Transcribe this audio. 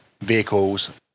vehicles